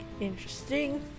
interesting